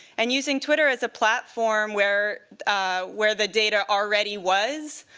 and using twitter as a platform where ah where the data already was,